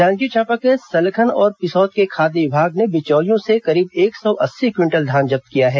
जांजगीर चांपा के सलखन और पिसौद से खाद्य विभाग ने बिचौलियों से करीब एक सौ अस्सी क्विंटल धान जब्त किया है